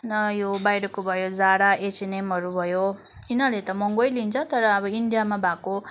न यो बाहिरको भयो जारा एचएनएमहरू भयो यिनीहरूले त महँगै लिन्छ तर अब इन्डियामा भएको